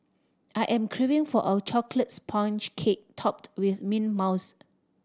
I am craving for a chocolate sponge cake topped with mint mouse